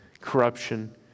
corruption